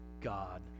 God